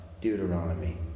Deuteronomy